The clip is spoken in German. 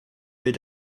will